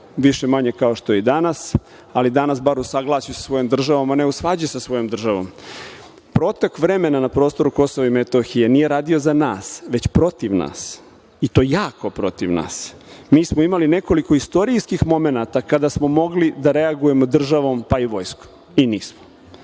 više-manje, kao što je i danas, ali danas bar u saglasju sa svojom državom a ne u svađi sa svojom državom. Protok vremena na prostoru KiM nije radio za nas, već protiv nas i to jako protiv nas. Mi smo imali nekoliko istorijskih momenata kada smo mogli da reagujemo državom pa i vojskom i nismo.